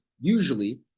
usually